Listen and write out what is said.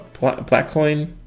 Blackcoin